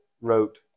wrote